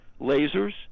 lasers